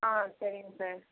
ஆ சரிங்க சார்